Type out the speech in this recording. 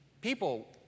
People